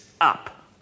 up